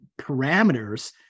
parameters